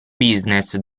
business